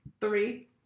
Three